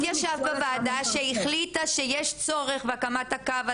את ישבת בוועדה שהחליטה שיש צורך בהקמת הקו הזה,